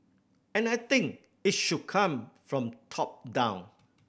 and I think it should come from top down